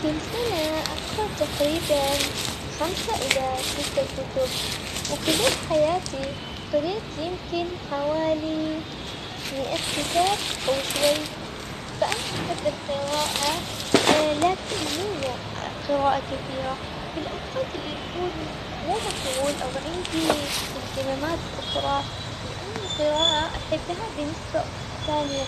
كل سنة أقرأ تقريباً خمسة إلى ستة كتب وخلال حياتي قريت يمكن حوالي مائة كتاب أو شوي، فأنا أحب القراءة لكن مو قراءة كثيرة في الأوقات اللي يكون مو مشغول أو عندي اهتمامات أخرى لأن القراءة أحبها بنسبة ثانية.